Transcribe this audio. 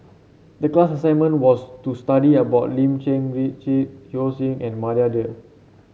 the class assignment was to study about Lim Cherng Yih Richard Yeo Song and Maria Dyer